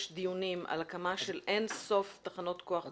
דיונים על הקמה של אין סוף תחנות כוח בגז?